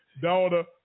Daughter